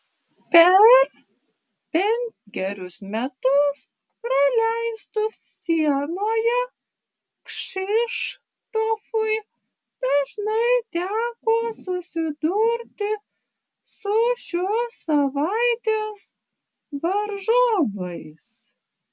per penkerius metus praleistus sienoje kšištofui dažnai teko susidurti su šios savaitės varžovais